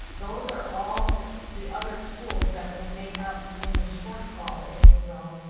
those are all the the other tools that will make up any shortfall, if you will,